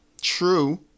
True